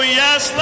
yes